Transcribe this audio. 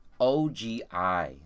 OGI